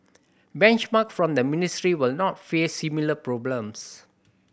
benchmark from the ministry will not face similar problems